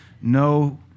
no